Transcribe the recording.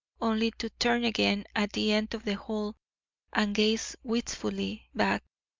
only to turn again at the end of the hall and gaze wistfully back.